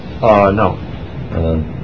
no